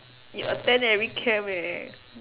you attend every camp eh